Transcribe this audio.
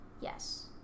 Yes